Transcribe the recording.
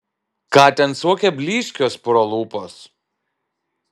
ką ten suokia blyškios puro lūpos